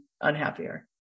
unhappier